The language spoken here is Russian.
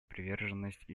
приверженность